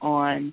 on